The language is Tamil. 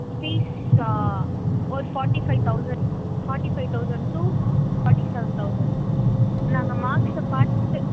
ஃபீஸ்ஸா ஒரு forty five thousand forty five thousand to forty seven thousand நாங்கள் மார்க்ஸை பார்த்து